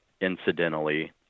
incidentally